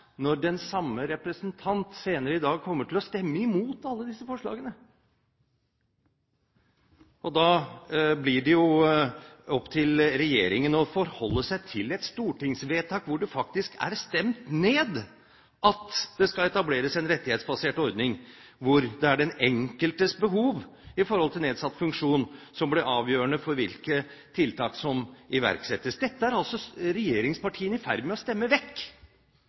når den samme representant senere i dag kommer til å stemme imot alle disse forslagene. Da blir det jo opp til regjeringen å forholde seg til et stortingsvedtak hvor det faktisk er stemt ned at det skal etableres en rettighetsbasert ordning hvor det er den enkeltes behov i forhold til nedsatt funksjonsevne som blir avgjørende for hvilke tiltak som iverksettes. Dette er altså regjeringspartiene i ferd med å stemme vekk!